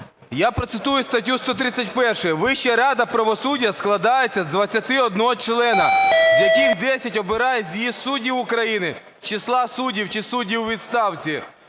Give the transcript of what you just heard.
Я процитую статтю 131. "Вища рада правосуддя складається з 21 члена, з яких 10 обирає з'їзд суддів України з числа суддів чи суддів у відставці,